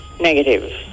negative